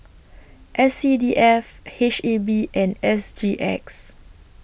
S C D F H E B and S G X